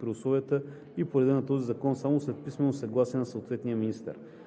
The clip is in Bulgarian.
при условията и по реда на този закон само след писмено съгласие на съответния министър.